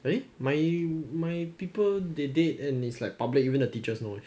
eh my my people they date and it's like public even the teachers know leh